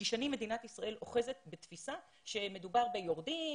כי שנים מדינת ישראל אוחזת בתפיסה שמדובר ביורדים,